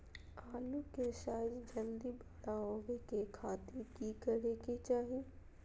आलू के साइज जल्दी बड़ा होबे के खातिर की करे के चाही?